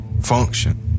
function